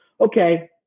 okay